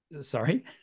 Sorry